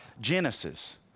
Genesis